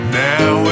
now